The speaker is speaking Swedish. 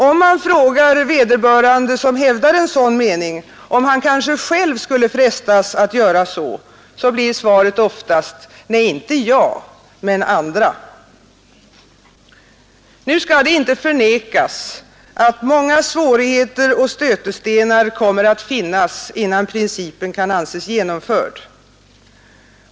Frågar man vederbörande som hävdar en sådan mening om han kanske själv skulle frestas att göra så, blir svaret: Nej, inte jag, men andra. Nu skall det inte förnekas att många svårigheter och stötestenar kommer att finnas innan principen kan anses genomförd.